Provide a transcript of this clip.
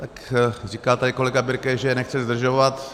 Tak říká tady kolega Birke, že nechce zdržovat.